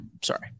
Sorry